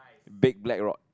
big black rod